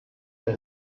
der